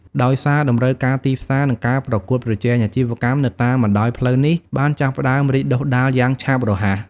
ដោយសារតម្រូវការទីផ្សារ និងការប្រកួតប្រជែង អាជីវកម្មនៅតាមបណ្ដោយផ្លូវនេះបានចាប់ផ្ដើម រីកដុះដាលយ៉ាងឆាប់រហ័ស។